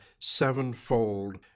sevenfold